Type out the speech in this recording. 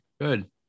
good